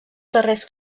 darrers